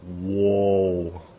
Whoa